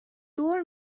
دور